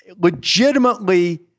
legitimately